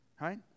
right